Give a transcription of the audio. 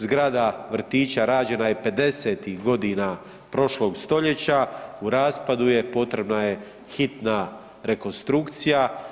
Zgrada vrtića rađena je '50.-tih godina prošlog stoljeća, u raspadu je, potrebna je hitna rekonstrukcija.